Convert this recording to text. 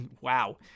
wow